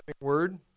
word